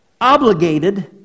obligated